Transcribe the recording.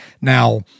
Now